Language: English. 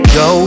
go